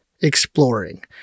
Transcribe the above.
exploring